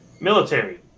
Military